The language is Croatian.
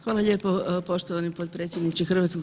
Hvala lijepo poštovani potpredsjedniče HS.